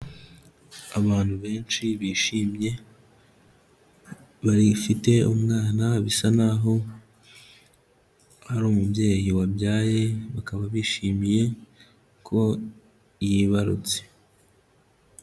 Abantu benshi bishimye, bafite umwana bisa naho, ari umubyeyi wabyaye bakaba bishimiye ko yibarutse.